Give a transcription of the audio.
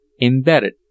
embedded